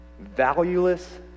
valueless